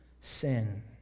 sin